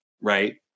right